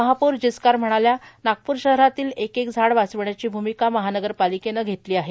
महापौर जिचकार म्हणाल्या नागप्र शहरातील एक एक झाड वाचविण्याची भूमिका महानगरपालिकेनं घेतली आहे